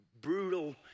brutal